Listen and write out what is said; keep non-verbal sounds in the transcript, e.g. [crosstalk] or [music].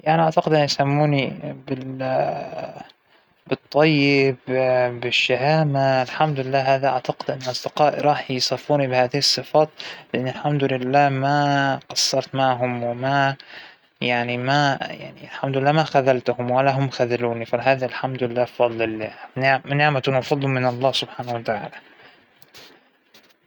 الحيوان اللى يمثلنى [hesitation] هو ال- الثعلب، إنه إف - أنا أنا فى جزء من شخصيتى ماكرة شوي، مانى خبيثة لكن ذكية لحد المكر شوي، فأعتقد أن الثعلب الماكر هو هو أفضل شى يمثلنى أعتقد.